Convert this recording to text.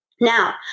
Now